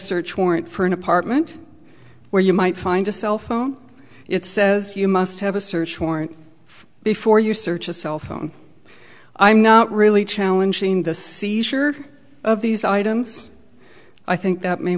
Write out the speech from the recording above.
search warrant for an apartment where you might find a cellphone it says you must have a search warrant before you search a cell phone i'm not really challenging the seizure of these items i think that may